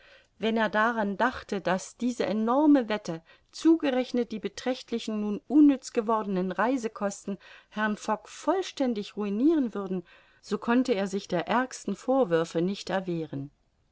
wenn er daran dachte daß diese enorme wette zugerechnet die beträchtlichen nun unnütz gewordenen reisekosten herrn fogg vollständig ruiniren würden so konnte er sich der ärgsten vorwürfe nicht erwehren